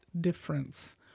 difference